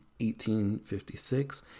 1856